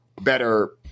better